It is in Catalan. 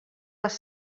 les